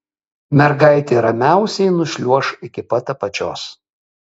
mergaitė ramiausiai nušliuoš iki pat apačios